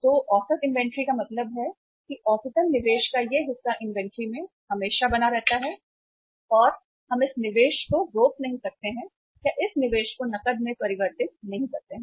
तो औसत इन्वेंट्री का मतलब है कि औसतन निवेश का यह हिस्सा इन्वेंट्री में हमेशा बना रहता है और हम इस निवेश को रोक नहीं सकते हैं या इस निवेश को नकद में परिवर्तित नहीं कर सकते हैं